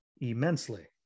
immensely